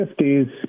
1950s